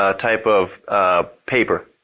ah type of ah paper.